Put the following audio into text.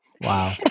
Wow